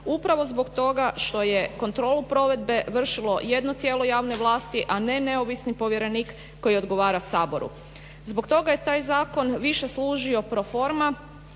upravo zbog toga što je kontrolu provedbe vršilo jedno tijelo javne vlasti, a ne neovisni povjerenik koji odgovara Saboru. Zbog toga je taj zakon više služio pro forma